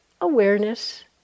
awareness